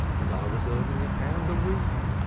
and i was earning a pound a week.